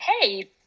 Hey